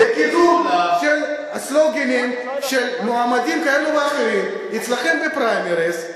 של הסלוגנים של מועמדים כאלה ואחרים אצלכם בפריימריס,